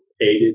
aided